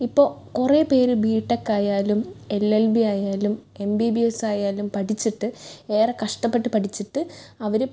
ഇപ്പോൾ കുറെ പേര് ബി ടെക്കായാലും എൽ എൽ ബി ആയാലും എം ബി ബി എസ്സായാലും പഠിച്ചിട്ട് ഏറെ കഷ്ടപ്പെട്ട് പഠിച്ചിട്ട് അവര്